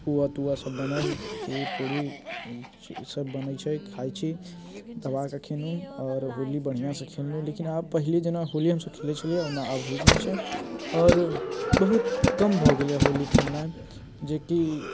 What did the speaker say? पुआ तुआ सभ बनल खीर पूरी ईसभ बनै छै खाइत छी दबाके खेलहुँ आओर होली बढ़िआँसँ खेललहुँ लेकिन आब पहले जेना होली हमसभ खेलै छलियै होली ओना आब होइत नहि छै आओर बहुत कम भऽ गेलैए होली खेलनाइ जे कि